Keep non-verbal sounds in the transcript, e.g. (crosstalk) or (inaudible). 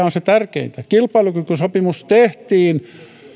(unintelligible) on se että kilpailukykysopimus tehtiin